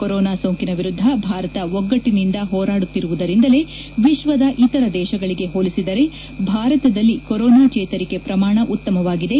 corona ಸೋಂಕಿನ ವಿರುದ್ದ ಭಾರತ ಒಗ್ಗಟ್ಟನಿಂದ ಹೋರಾಡುತ್ತಿರುವುದರಿಂದಲೇ ವಿಶ್ವದ ಇತರ ದೇಶಗಳಗೆ ಹೋಲಿಸಿದರೆ ಭಾರತದಲ್ಲಿ ಕೊರೊನಾ ಚೇತರಿಕೆ ಪ್ರಮಾಣ ಉತ್ತಮವಾಗಿದೆ